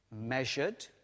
measured